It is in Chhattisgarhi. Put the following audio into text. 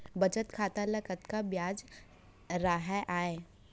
बचत खाता ल कतका ब्याज राहय आय?